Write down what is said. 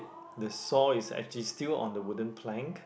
the saw is actually still on the wooden plank